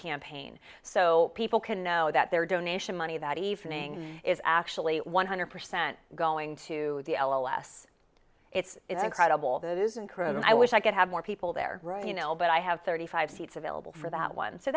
campaign so people can know that their donation money that evening is actually one hundred percent going to the l o s it's incredible that is incredible i wish i could have more people there you know but i have thirty five seats available for that one so